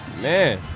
Man